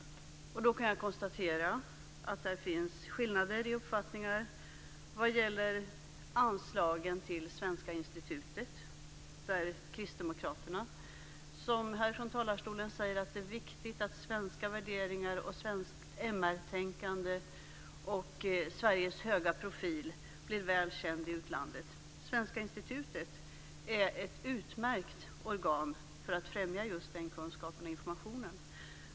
Jag kan konstatera att det finns skillnader i uppfattningar vad gäller anslagen till Svenska institutet. Kristdemokraterna säger härifrån talarstolen att det är viktigt att svenska värderingar, svenskt MR-tänkande och Sveriges höga profil blir väl kända i utlandet. Svenska institutet är ett utmärkt organ för att främja just den kunskapen och informationen.